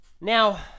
Now